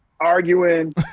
arguing